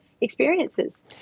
experiences